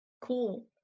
Cool